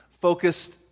focused